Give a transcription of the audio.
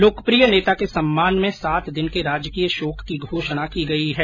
लोकप्रिय नेता के सम्मान में सात दिन के राजकीय शोक की घोषणा की गई है